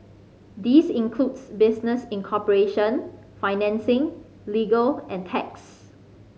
this includes business incorporation financing legal and tax